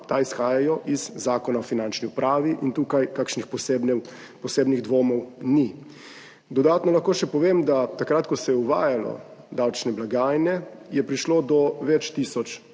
ta izhajajo iz Zakona o finančni upravi in tukaj kakšnih posebnih dvomov ni. Dodatno lahko še povem, da je takrat, ko so se uvajale davčne blagajne, prišlo do več tisoč